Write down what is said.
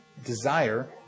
Desire